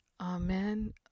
Amen